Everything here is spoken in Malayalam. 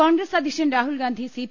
കോൺഗ്രസ് അധ്യക്ഷൻ രാഹുൽ ഗാന്ധി സി പി